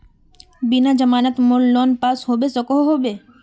बिना जमानत मोर लोन पास होबे सकोहो होबे?